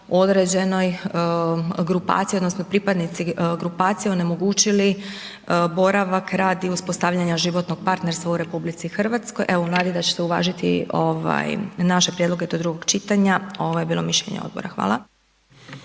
određenoj grupaciji odnosno pripadnici grupacije onemogućili boravak, rad i uspostavljanje životnog partnerstva u RH u nadi da ćete uvažiti naše prijedloge do drugog čitanja ovo je bilo mišljenje odbora. Hvala.